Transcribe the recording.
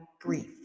grief